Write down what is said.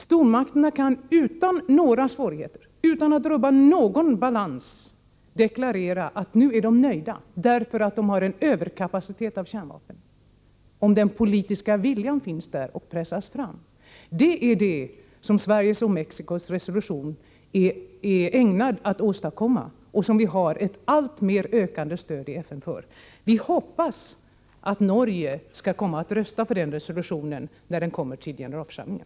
Stormakterna kan utan några svårigheter, utan att rubba någon balans, deklarera att de nu är nöjda, därför att de har en överkapacitet när det gäller kärnvapen — om den politiska viljan finns där eller pressas fram. Det är det som Sveriges och Mexicos resolution är ägnad att åstadkomma och som vi har ett ökande stöd för i FN. Vi hoppas att Norge skall komma att rösta för den resolutionen när den kommer till generalförsamlingen.